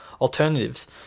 alternatives